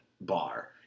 bar